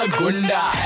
gunda